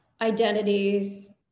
identities